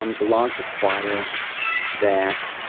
um the laws require that